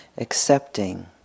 Accepting